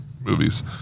movies